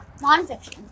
Non-fiction